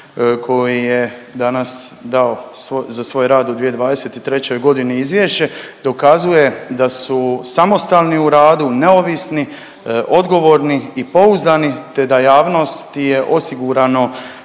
koji je danas dao za svoj rad u 2023. godini izvješće, dokazuje da su samostalni u radu, neovisni, odgovorni i pouzdani te da javnosti je osigurano